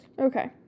Okay